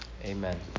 amen